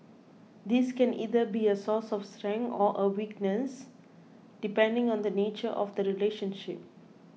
this can either be a source of strength or a weakness depending on the nature of the relationship